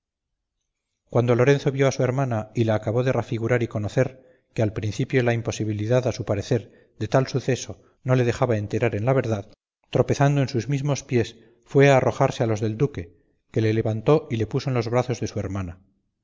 cuando lorenzo vio a su hermana y la acabó de rafigurar y conocer que al principio la imposibilidad a su parecer de tal suceso no le dejaba enterar en la verdad tropezando en sus mismos pies fue a arrojarse a los del duque que le levantó y le puso en los brazos de su hermana